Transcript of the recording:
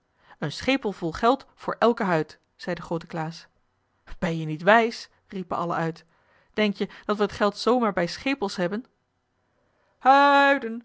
een schepel vol geld voor elke huid zei de groote klaas ben je niet wijs riepen allen uit denk je dat we het geld zoo maar bij schepels hebben